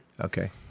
Okay